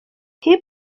hip